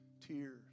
Tears